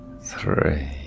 three